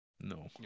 No